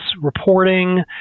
reporting